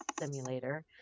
Simulator